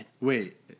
Wait